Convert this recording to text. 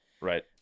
right